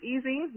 easy